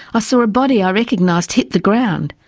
ah saw a body i recognised hit the ground.